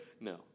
No